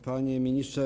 Panie Ministrze!